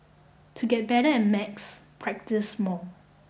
to get better at maths practise more